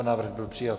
Návrh byl přijat.